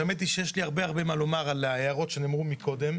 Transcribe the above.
האמת היא שיש לי הרבה מה לומר על ההערות שנאמרו קודם,